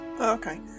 Okay